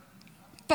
התקווה, ריסקה אותה.